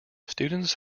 students